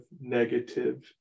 negative